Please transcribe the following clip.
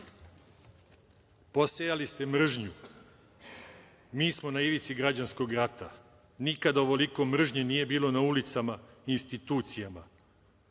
Posejali ste mržnju, mi smo na ivici građanskog rata. Nikada ovoliko mržnje nije bilo na ulicama i u institucijama.